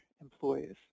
employees